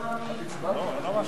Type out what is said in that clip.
והמסקנות בהיבט הבין-לאומי והישראלי.